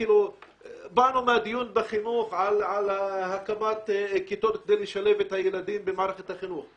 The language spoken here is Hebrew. באנו מהדיון בחינוך על הקמת כיתות כדי לשלב את הילדים במערכת החינוך.